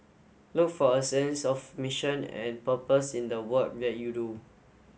look for a sense of mission and purpose in the work that you do